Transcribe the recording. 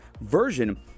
version